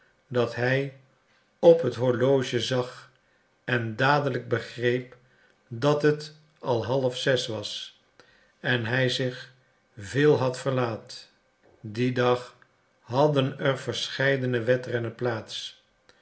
dat hij op het horloge zag en dadelijk begreep dat het al half zes was en hij zich veel had verlaat dien dag hadden er verscheiden wedrennen plaats